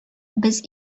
без